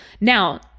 now